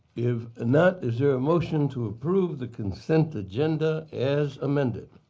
if not, is there a motion to approve the consent agenda as amended?